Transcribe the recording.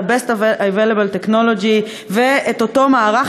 ה-best available technology ואותו מערך